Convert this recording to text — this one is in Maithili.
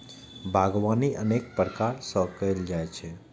बागवानी अनेक प्रकार सं कैल जाइ छै